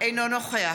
אינו נוכח